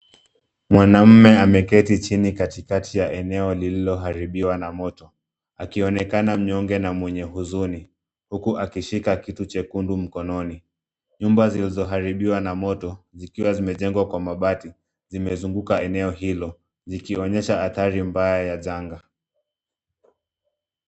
Mwanaume ameketi chini katikati ya eneo lilioharibiwa na moto akionekana mnyonge na mwenye huzuni huku akishika kitu chekundu mkononi. Nyumba zilizo haribiwa na moto zikiwa zimejengwa kwa mabati zimezunguka eneo hilo zikionyesha athari mbaya ya janga.